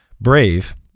Brave